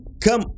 come